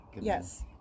Yes